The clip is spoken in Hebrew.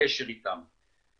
קשר איתם.